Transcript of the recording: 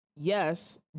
Yes